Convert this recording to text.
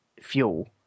fuel